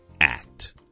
act